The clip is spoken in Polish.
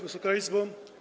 Wysoka Izbo!